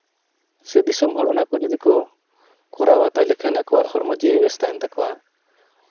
ᱥᱮ ᱫᱤᱥᱚᱢ ᱦᱚᱲ ᱚᱱᱟ ᱠᱚ ᱡᱩᱫᱤ ᱠᱚ ᱠᱚᱨᱟᱣᱟ ᱛᱟᱦᱚᱞᱮ ᱠᱷᱟᱱ ᱟᱠᱚᱣᱟᱜ ᱦᱚᱲᱢᱚ ᱡᱤᱣᱤ ᱵᱮᱥ ᱛᱟᱦᱮᱱ ᱛᱟᱠᱚᱣᱟ